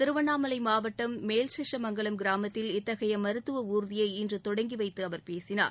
திருவண்ணாமலை மாவட்டம் மேல்சிஷமங்கலம் கிராமத்தில் இத்தகைய மருத்துவ ஊர்தியை இன்று தொடங்கி வைத்து அவர் பேசினார்